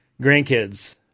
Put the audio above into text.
grandkids